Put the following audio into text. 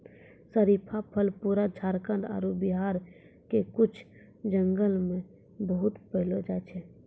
शरीफा फल पूरा झारखंड आरो बिहार के कुछ जंगल मॅ बहुत पैलो जाय छै